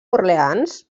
orleans